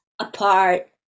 apart